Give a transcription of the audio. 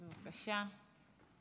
בבקשה.